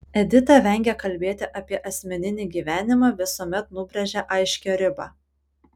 edita vengia kalbėti apie asmeninį gyvenimą visuomet nubrėžia aiškią ribą